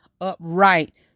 upright